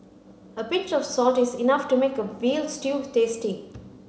a pinch of salt is enough to make a veal stew tasty